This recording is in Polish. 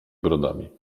brodami